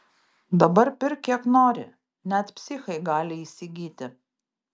dabar pirk kiek nori net psichai gali įsigyti